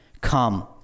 Come